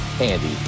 Andy